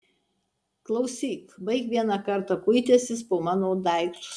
klausyk baik vieną kartą kuitęsis po mano daiktus